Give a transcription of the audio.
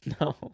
No